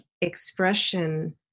expression